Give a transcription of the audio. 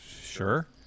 sure